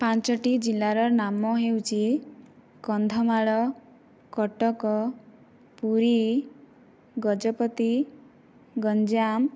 ପାଞ୍ଚଟି ଜିଲ୍ଲାର ନାମ ହେଉଛି କନ୍ଧମାଳ କଟକ ପୁରୀ ଗଜପତି ଗଞ୍ଜାମ